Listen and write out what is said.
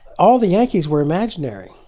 all the yankees were imaginary.